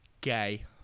gay